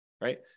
right